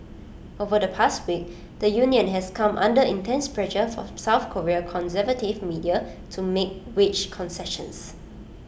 over the past week the union has come under intense pressure from south Korean conservative media to make wage concessions